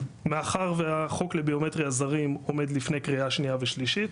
מאחר והחוק לביומטריה זרים עומד לפני קריאה שניה ושלישית,